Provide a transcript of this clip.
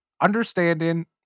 understanding